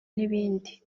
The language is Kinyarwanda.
n’ibindi